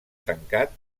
tancat